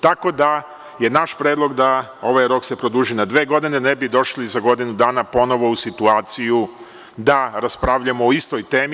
Tako da, naš je predlog da ovaj rok se produži na dve godine, da ne bi došli za godinu dana ponovo u situaciju da raspravljamo o istoj temi.